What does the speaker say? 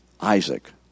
Isaac